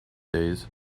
days